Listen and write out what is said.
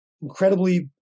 incredibly